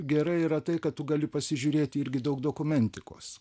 gerai yra tai kad tu gali pasižiūrėti irgi daug dokumentikos